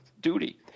duty